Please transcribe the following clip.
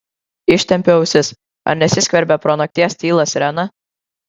ištempiu ausis ar nesiskverbia pro nakties tylą sirena